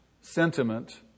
sentiment